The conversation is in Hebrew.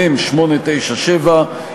מ/897,